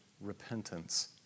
repentance